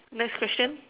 next question